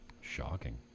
Shocking